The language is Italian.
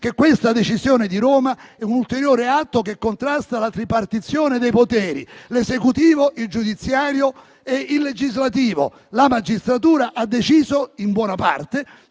che la decisione di Roma è un ulteriore atto che contrasta con la tripartizione dei poteri (esecutivo, giudiziario e legislativo). La magistratura ha deciso, in buona parte,